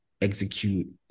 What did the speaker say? execute